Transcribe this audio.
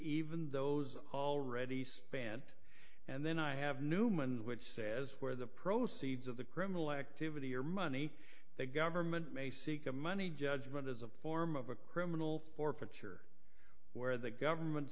even those already spent and then i have newman which says where the proceeds of the criminal activity or money the government may seek a money judgment is a form of a criminal forfeiture where the government